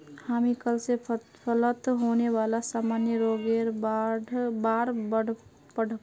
हामी कल स फलत होने वाला सामान्य रोगेर बार पढ़ मु